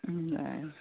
बरं